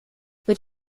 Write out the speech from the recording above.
mit